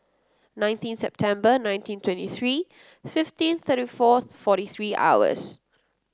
nineteen September nineteen twenty three fifteen thirty four forty three hours